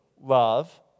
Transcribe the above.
love